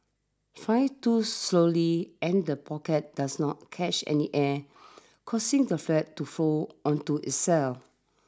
fly too slowly and the pockets does not catch any air causing the flag to fold onto itself